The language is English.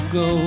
go